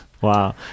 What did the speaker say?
wow